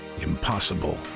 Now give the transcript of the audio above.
impossible